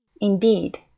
Indeed